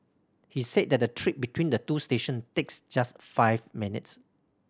he said that the trip between the two stations takes just five minutes